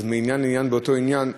אז מעניין לעניין באותו עניין.